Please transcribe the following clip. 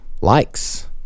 likes